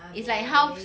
okay